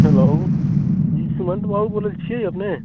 hello ji Sumant बाबू बोलै छिए अपने